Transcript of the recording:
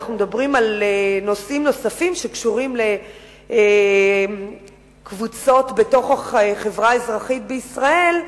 אנחנו מדברים על נושאים נוספים שקשורים לקבוצות בחברה האזרחית בישראל.